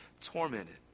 tormented